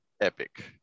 epic